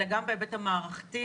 אלא גם בהיבט המערכתי.